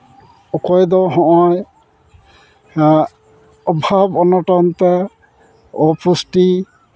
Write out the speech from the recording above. ᱚᱠᱚᱭ ᱫᱚ ᱦᱚᱜᱼᱚᱸᱭ ᱱᱚᱣᱟ ᱚᱵᱷᱟᱵᱽ ᱚᱱᱚᱴᱚᱱᱛᱮ ᱚᱯᱩᱥᱴᱤ